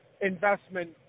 investment